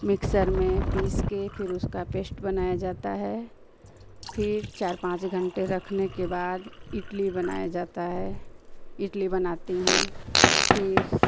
mixer में पीसकर फिर उसका पेस्ट बनाया जाता है फिर चार पाँच घण्टे रखने के बाद इडली बनाई जाती है इडली बनाती हूँ फिर